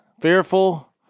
fearful